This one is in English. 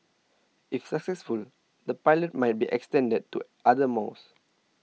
if successful the pilot might be extended to other malls